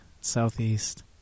southeast